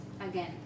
again